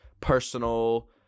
personal